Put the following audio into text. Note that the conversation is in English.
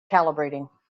calibrating